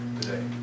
today